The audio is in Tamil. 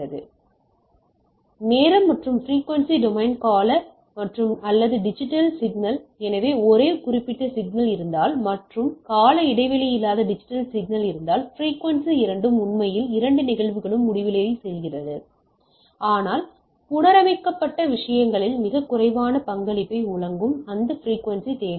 எனவே நேரம் மற்றும் பிரிக்குவென்சி டொமைன் கால மற்றும் அல்லாத டிஜிட்டல் சிக்னல் எனவே இது ஒரு குறிப்பிட்ட சிக்னல் இருந்தால் மற்றும் கால இடைவெளியில்லாத டிஜிட்டல் சிக்னல் இருந்தால் பிரிக்குவென்சி இரண்டும் உண்மையில் இரண்டு நிகழ்வுகளும் முடிவிலிக்குச் செல்கின்றன ஆனால் புனரமைக்க விஷயங்களில் மிகக் குறைவான பங்களிப்பை வழங்கும் அந்த பிரிக்குவென்சி தேவையில்லை